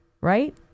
right